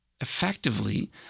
Effectively